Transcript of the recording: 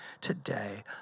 today